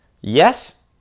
Yes